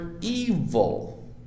evil